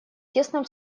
тесном